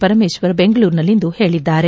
ಪರಮೇಶ್ವರ್ ಬೆಂಗಳೂರಿನಲ್ಲಿಂದು ಹೇಳಿದ್ದಾರೆ